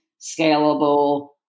scalable